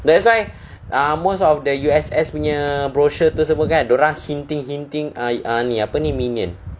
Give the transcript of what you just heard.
that's why ah most of the U_S_S punya brochure dia orang hinting hinting ah ah ni apa ni minion